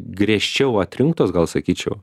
griežčiau atrinktos gal sakyčiau